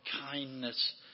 kindness